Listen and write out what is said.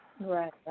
Right